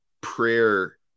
prayer